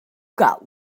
got